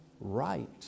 right